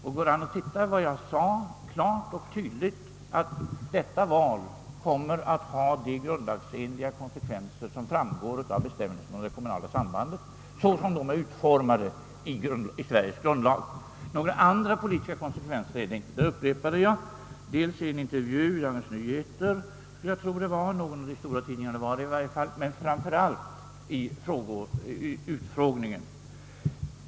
Det går att kontrollera att jag klart och tydligt framhöll, att valet kommer att få de grundlagsenliga konsekvenser som betingas av bestämmelserna om det kommunala sambandet, såsom dessa är utformade i Sveriges grundlag; några andra politiska konsekvenser blir det inte. Detta upprepade jag i en intervju i Dagens Nyheter eller möjligen i någon annan av de stora tidningarna och framför allt vid utfrågningen i TV.